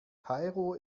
kairo